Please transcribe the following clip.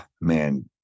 man